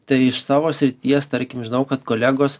tai iš savo srities tarkim žinau kad kolegos